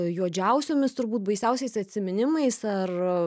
juodžiausiomis turbūt baisiausiais atsiminimais ar